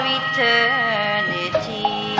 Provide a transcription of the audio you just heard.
eternity